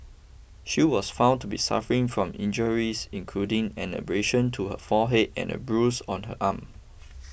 she was found to be suffering from injuries including an abrasion to her forehead and a bruise on her arm